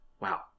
Wow